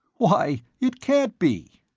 why, it can't be!